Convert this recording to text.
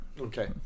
Okay